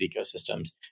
ecosystems